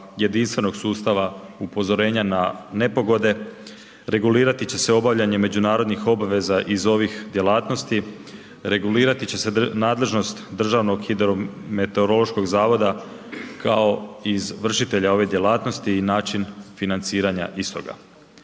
jedinstvenog sustava upozorenja na nepogode, regulirati će se obavljanje međunarodnih obveza iz ovih djelatnosti, regulirati će se nadležnost državnog hidrometeorološkog zavoda kao izvršitelja ove djelatnosti i način financiranja istoga,